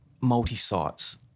multi-sites